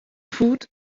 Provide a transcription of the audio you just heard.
food